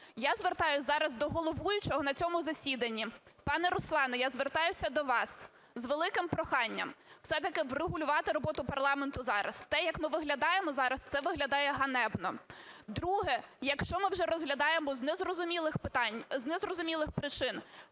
Я звертаюсь зараз до головуючого на цьому засіданні. Пане Руслане, я звертаюсь до вас з великим проханням все-таки врегулювати роботу парламенту зараз. Те, як ми виглядаємо зараз, – це виглядає ганебно. Друге. Якщо ми вже розглядаємо з незрозумілих причин